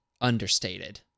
understated